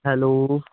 hello